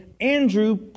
Andrew